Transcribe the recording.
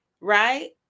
Right